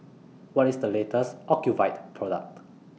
What IS The latest Ocuvite Product